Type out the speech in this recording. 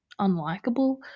unlikable